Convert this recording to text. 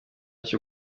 cyo